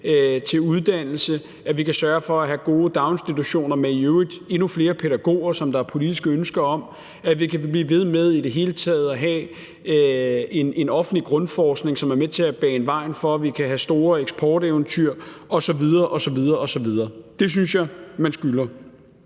til uddannelse, at vi kan sørge for at have gode daginstitutioner med i øvrigt endnu flere pædagoger, som der er politisk ønske om, og at vi i det hele taget kan blive ved med at have en offentlig grundforskning, som er med til at bane vejen for, at vi kan have store eksporteventyr osv. osv. Det synes jeg man skylder.